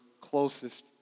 closest